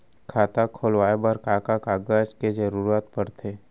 खाता खोलवाये बर का का कागज के जरूरत पड़थे?